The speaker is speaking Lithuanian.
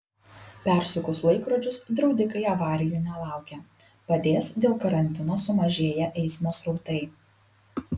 persukus laikrodžius draudikai avarijų nelaukia padės dėl karantino sumažėję eismo srautai